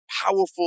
powerful